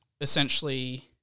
essentially